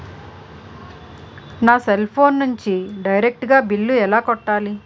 నా cell phone నుంచి direct గా బిల్లు ఎలా కట్టాలి?